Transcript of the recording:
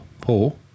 Paul